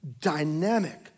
dynamic